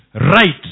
right